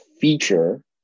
feature